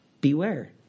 Beware